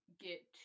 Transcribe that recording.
get